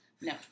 No